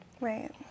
Right